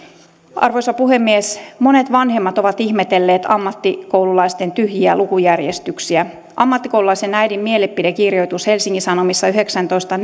arvoisa puhemies monet vanhemmat ovat ihmetelleet ammattikoululaisten tyhjiä lukujärjestyksiä ammattikoululaisen äidin mielipidekirjoitus helsingin sanomissa yhdeksästoista